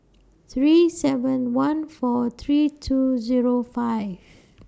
three seven one four three two Zero five